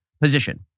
position